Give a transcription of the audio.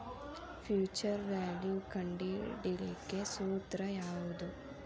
Future value ಕಂಢಿಡಿಲಿಕ್ಕೆ ಸೂತ್ರ ಯಾವ್ದು?